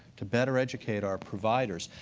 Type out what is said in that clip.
to better educate our providers.